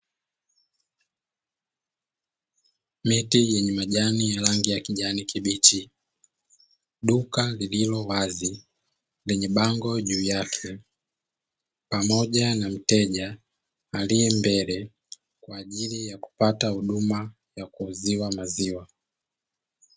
Miti yenye majani ya rangi ya kijani kibichi, duka lililowazi lenye bango juu yake pamoja na mteja aliembele kwa ajili ya kupata huduma ya kuuziwa maziwa.